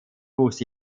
wuchs